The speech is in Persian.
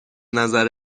نظر